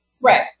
Right